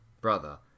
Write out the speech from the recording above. brother